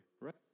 Right